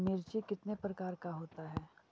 मिर्ची कितने प्रकार का होता है?